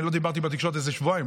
אני לא דיברתי בתקשורת כשבועיים,